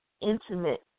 intimate